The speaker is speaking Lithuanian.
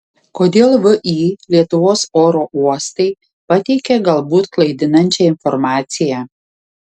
kodėl vį lietuvos oro uostai pateikė galbūt klaidinančią informaciją